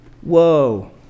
Whoa